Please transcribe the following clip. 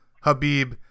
Habib